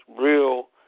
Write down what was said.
real